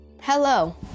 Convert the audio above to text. Hello